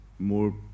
More